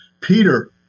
Peter